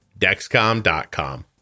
Dexcom.com